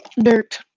Dirt